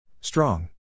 Strong